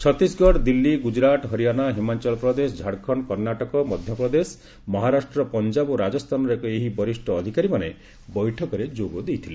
ଛତିଶଗଡ ଦିଲ୍ଲୀ ଗୁଜରାଟ ହରିୟାଣା ହିମାଚଳ ପ୍ରଦେଶ ଝାଡଖଣ୍ଡ କର୍ଣ୍ଣାଟକ ମଧ୍ୟପ୍ରଦେଶ ମହାରାଷ୍ଟ୍ରପଞ୍ଜାବ ଓ ରାଜସ୍ଥାନର ଏହି ବରିଷ୍ଠ ଅଧିକାରୀମାନେ ବୈଠକରେ ଯୋଗଦେଇଥିଲେ